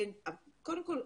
קודם כל,